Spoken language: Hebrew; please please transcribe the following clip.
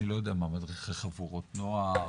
אני לא יודע מה, מדריכי חבורות נוער,